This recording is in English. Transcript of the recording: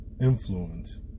influence